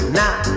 now